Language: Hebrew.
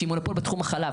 שהיא מונופול בתחום החלב,